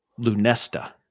lunesta